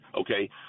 okay